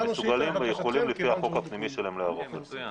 הם מסוגלים ויכולים לפי החוק הפנימי שלהם לערוך את זה.